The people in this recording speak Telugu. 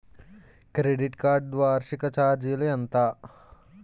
క్రెడిట్ కార్డ్ వార్షిక ఛార్జీలు ఎంత?